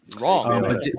Wrong